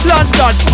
London